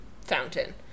fountain